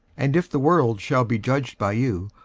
and if the world shall be judged by you,